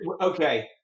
okay